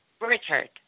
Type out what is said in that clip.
Richard